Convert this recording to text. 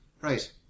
Right